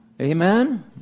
Amen